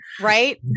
right